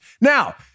now